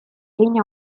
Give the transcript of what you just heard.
hein